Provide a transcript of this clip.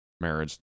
marriage